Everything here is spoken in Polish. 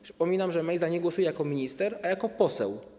Przypominam, że Mejza nie głosuje jako minister, ale jako poseł.